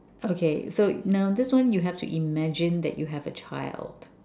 okay so now this one you have to imagine that you have a child